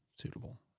suitable